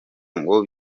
ngo